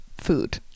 food